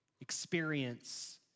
experience